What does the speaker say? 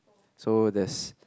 so there's